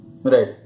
Right